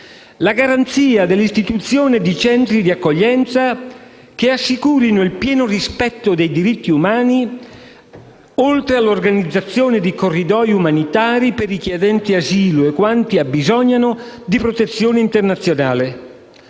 la garanzia dell'istituzione di centri di accoglienza che assicurino il pieno rispetto dei diritti umani, l'organizzazione di corridoi umanitari per richiedenti asilo e quanti abbisognano di protezione internazionale